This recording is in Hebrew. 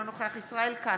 אינו נוכח ישראל כץ,